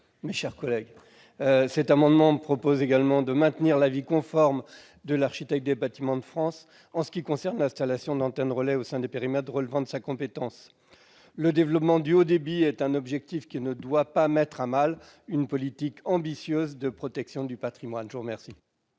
est à M. Joël Labbé. Cet amendement prévoit également de maintenir l'avis conforme de l'architecte des Bâtiments de France en ce qui concerne l'installation d'antennes relais, au sein des périmètres relevant de sa compétence. Le développement du haut débit est un objectif qui ne doit pas mettre à mal une politique ambitieuse de protection du patrimoine. L'amendement